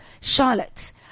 charlotte